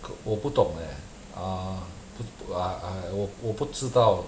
k~ 我不懂 leh ah 不不 ah uh 我我不知道